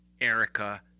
Erica